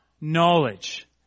knowledge